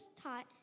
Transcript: taught